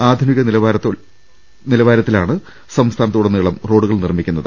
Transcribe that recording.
ആധുനിക നിലവാരത്തിലാണ് സംസ്ഥാ നത്തുടനീളം റോഡുകൾ നിർമിക്കുന്നത്